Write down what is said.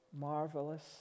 marvelous